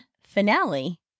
finale